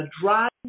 drive